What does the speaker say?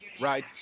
Right